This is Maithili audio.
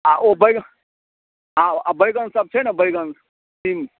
आओर ओ बैगन आओर आओर बैगनसब छै ने बैगन सीम